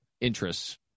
interests